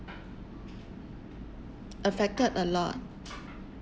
affected a lot